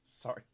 Sorry